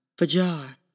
Fajar